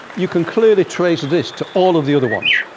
you can clearly trace this to all of the other ones.